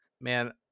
man